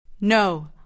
No